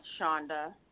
Shonda